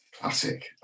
classic